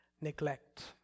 neglect